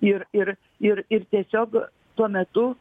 ir ir ir ir tiesiog tuo metu